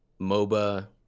MOBA